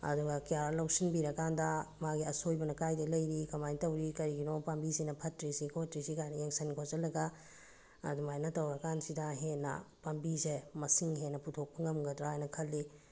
ꯑꯗꯨꯒ ꯀꯦꯌꯥꯔ ꯂꯧꯁꯤꯟꯕꯤꯔꯀꯥꯟꯗ ꯃꯥꯒꯤ ꯑꯁꯣꯏꯕꯅ ꯀꯥꯏꯗ ꯂꯩꯔꯤ ꯀꯃꯥꯏꯅ ꯇꯧꯔꯤ ꯀꯔꯤꯒꯤꯅꯣ ꯄꯥꯝꯕꯤꯁꯤꯅ ꯐꯠꯇ꯭ꯔꯤꯁꯤ ꯈꯣꯠꯇ꯭ꯔꯤꯁꯤ ꯀꯥꯏꯅ ꯌꯦꯡꯁꯤꯟ ꯈꯣꯠꯆꯤꯜꯂꯒ ꯑꯗꯨꯃꯥꯏꯅ ꯇꯧꯔꯀꯥꯟꯁꯤꯗ ꯍꯦꯟꯅ ꯄꯥꯝꯕꯤꯁꯦ ꯃꯁꯤꯡ ꯍꯦꯟꯅ ꯄꯨꯊꯣꯛꯄ ꯉꯝꯒꯗ꯭ꯔꯥ ꯍꯥꯏꯅ ꯈꯜꯂꯤ